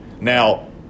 Now